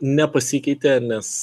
nepasikeitė nes